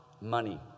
money